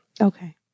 Okay